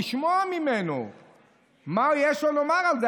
כדי לשמוע ממנו מה יש לו לומר על זה,